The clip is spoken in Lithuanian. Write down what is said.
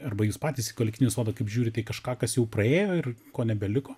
arba jūs patys į kolektyvinį sodą kaip žiūrite į kažką kas jau praėjo ir ko nebeliko